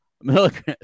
milligrams